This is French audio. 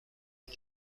mon